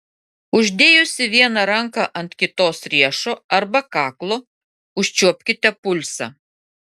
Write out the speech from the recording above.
uždėjusi vieną ranką ant kitos riešo arba kaklo užčiuopkite pulsą